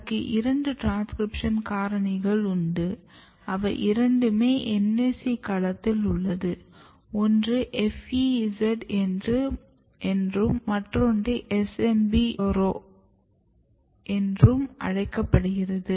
அதுக்கு இரண்டு ட்ரான்ஸ்க்ரிப்ஷன் காரணிகள் உண்டு அவை இரண்டுமே NAC களத்தில் உள்ளது ஒன்று FEZ என்றும் மற்றொன்று SMB அதாவது SOMBRERO என்றும் அழைக்கப்படுகிறது